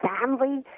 family